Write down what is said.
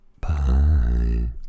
Bye